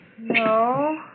No